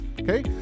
Okay